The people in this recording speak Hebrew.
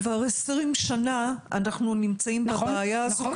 כבר 20 שנה אנחנו נמצאים בבעיה הזו,